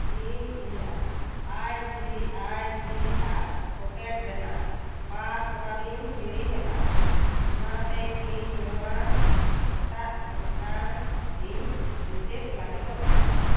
ᱤᱧ ᱤᱧᱟᱜ ᱟᱭ ᱥᱤ ᱟᱭ ᱥᱤ ᱟᱭ ᱯᱚᱠᱮᱴ ᱨᱮᱱᱟᱜ ᱯᱟᱥᱚᱣᱟᱨᱰᱤᱧ ᱦᱤᱲᱤᱧ ᱟᱠᱟᱫᱟ ᱚᱱᱟᱛᱮ ᱤᱧ ᱱᱚᱣᱟ ᱮᱴᱟᱜ ᱢᱚᱫᱴᱟᱝ ᱨᱮᱧ ᱨᱤᱥᱮᱴ ᱞᱟᱹᱜᱤᱫᱜ ᱠᱟᱱᱟ